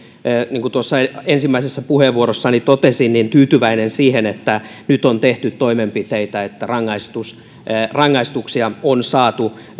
niin kuin tuossa ensimmäisessä puheenvuorossani totesin tyytyväinen siihen että nyt on tehty toimenpiteitä jotta rangaistuksia on saatu